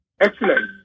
Excellent